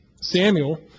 Samuel